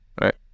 right